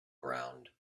ground